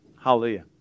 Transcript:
Hallelujah